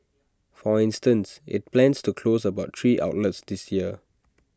for instance IT plans to close about three outlets this year